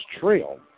trail